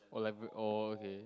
oh like oh okay